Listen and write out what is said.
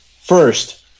First